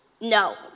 no